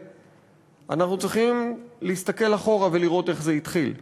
אנחנו צריכים להסתכל אחורה ולראות איך זה התחיל.